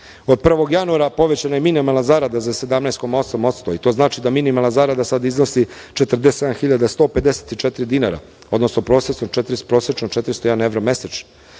prvog januara povećana je minimalna zarada za 17,8% i to znači da minimalna zarada sada iznosi 47.154 dinara, odnosno prosečno 401 evro